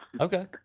Okay